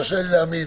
קשה לי להאמין